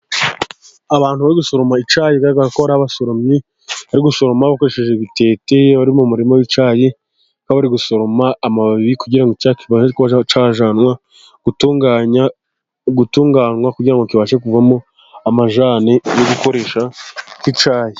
Abantu bari gusoroma icyayi, bigaragara ko ari abasoromyi bari gusomaroma bakoresheje ibitete, aho bari mu murima w'icyayi aho bari gusoroma amababi, kugira ngo icyayi kibashe kuba cyajyanwa gutunganwa, kugira ngo kibashe kuvamo amajyani yo gukoresha mu cyayi.